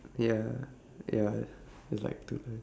ya ya you there's like two